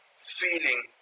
feeling